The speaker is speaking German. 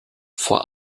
vor